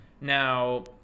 Now